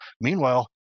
Meanwhile